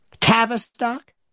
Tavistock